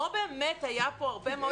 לא באמת היה פה הרבה מאוד פרקי למידה מרוכזת.